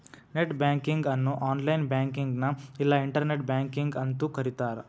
net banking ಅನ್ನು online ಬ್ಯಾಂಕಿಂಗ್ನ ಇಲ್ಲಾ ಇಂಟರ್ನೆಟ್ ಬ್ಯಾಂಕಿಂಗ್ ಅಂತೂ ಕರಿತಾರ